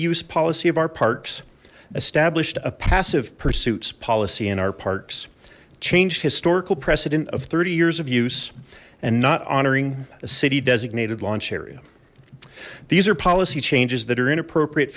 use policy of our parks established a passive pursuits policy in our parks changed historical precedent of thirty years of use and not honoring a city designated launch area these are policy changes that are inappropriate